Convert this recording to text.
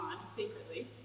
secretly